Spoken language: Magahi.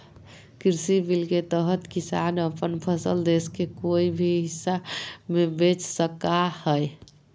कृषि बिल के तहत किसान अपन फसल देश के कोय भी हिस्सा में बेच सका हइ